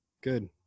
Good